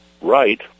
right